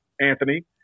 Anthony